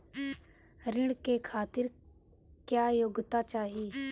ऋण के खातिर क्या योग्यता चाहीं?